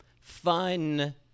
fun